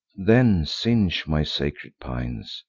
than singe my sacred pines.